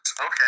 Okay